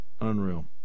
Unreal